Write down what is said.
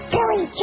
Billy